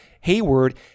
Hayward